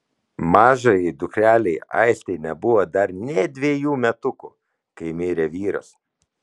mažajai dukrelei aistei nebuvo dar nė dvejų metukų kai mirė vyras